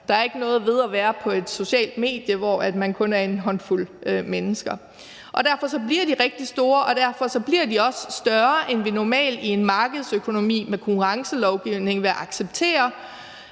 Der er ikke noget ved at være på et socialt medie, hvor man kun er en håndfuld mennesker. Derfor bliver de rigtig store, og derfor bliver de også større, end vi normalt i en markedsøkonomi med konkurrencelovgivning vil acceptere.